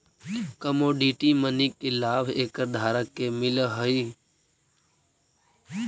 commodity money के लाभ एकर धारक के मिलऽ हई